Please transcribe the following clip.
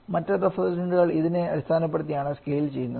മറ്റ് റഫ്രിജറന്റുകൾ ഇതിനെ അടിസ്ഥാനപ്പെടുത്തിയാണ് സ്കെയിൽ ചെയ്യുന്നത്